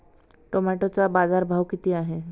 टोमॅटोचा बाजारभाव किती आहे?